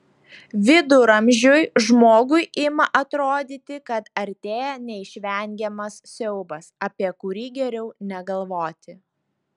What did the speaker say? viduramžiui žmogui ima atrodyti kad artėja neišvengiamas siaubas apie kurį geriau negalvoti